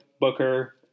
Booker